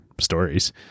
stories